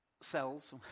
cells